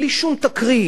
בלי שום אלימות,